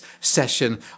session